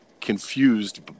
confused